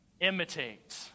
imitate